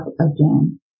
again